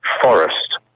forest